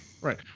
Right